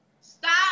Stop